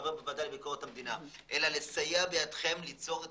חבר בוועדה לביקורת המדינה - אלא לסייע בידיכם ליצור את